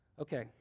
Okay